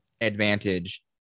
advantage